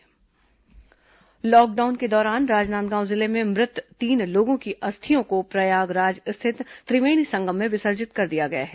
अस्थि विसर्जन लॉकडाउन के दौरान राजनांदगांव जिले में मृत तीन लोगों की अस्थियों को प्रयागराज स्थित त्रिवेणी संगम में विसर्जित कर दिया गया है